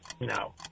No